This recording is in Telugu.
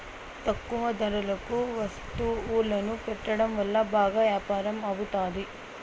తక్కువ ధరలకు వత్తువులను పెట్టడం వల్ల బాగా యాపారం అవుతాది